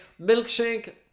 Milkshake